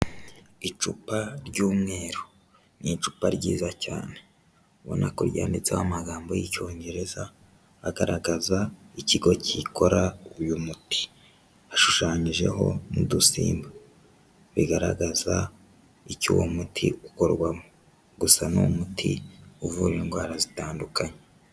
Icupa ry'umweru, ni icupa ryiza cyane, ubonako ryanditseho amagambo y'icyongereza agaragaza ikigo gikora uyu muti, ashushanyijeho n'udusimba, bigaragaza icyo uwo muti ukorwamo, gusa ni umuti uvura indwara zitandukanye.